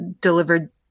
delivered